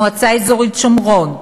מועצה אזורית שומרון,